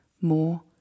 more